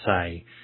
say